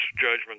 judgment